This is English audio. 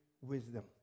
wisdom